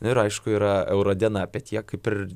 nu ir aišku yra euro diena bet jie kaip ir